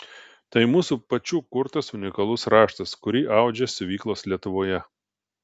tai mūsų pačių kurtas unikalus raštas kurį audžia siuvyklos lietuvoje